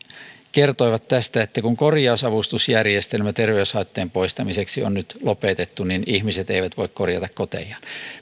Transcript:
kertoivat että kun korjausavustusjärjestelmä terveyshaittojen poistamiseksi on nyt lopetettu niin ihmiset eivät voi korjata kotejaan